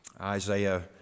Isaiah